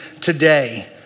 today